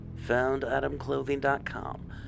FoundAdamClothing.com